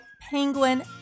Penguin